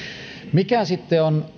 mikä sitten on